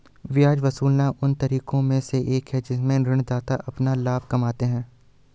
ब्याज वसूलना उन तरीकों में से एक है जिनसे ऋणदाता अपना लाभ कमाते हैं